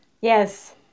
yes